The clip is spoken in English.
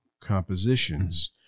compositions